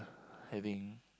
having